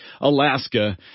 Alaska